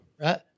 Right